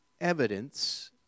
evidence